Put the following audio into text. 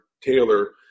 Taylor